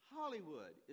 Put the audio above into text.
Hollywood